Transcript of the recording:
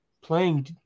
playing